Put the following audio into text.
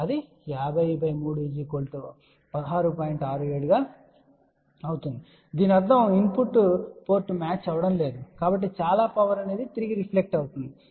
67 Ω అవుతుంది మరియు దీని అర్థం ఇన్ పుట్ పోర్ట్ మ్యాచ్ అవడం లేదు కాబట్టి చాలా పవర్ తిరిగి రిఫ్లెక్ట్ అవుతుంది